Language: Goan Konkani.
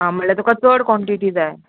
आं म्हणल्या तुका चड क्वोन्टिटी जाय